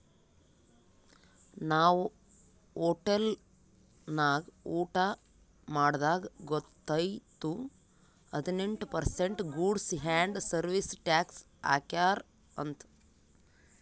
ನಾವ್ ಹೋಟೆಲ್ ನಾಗ್ ಊಟಾ ಮಾಡ್ದಾಗ್ ಗೊತೈಯ್ತು ಹದಿನೆಂಟ್ percent goods and service tax ಹಾಕ್ಯಾರ್ ಅಂತ್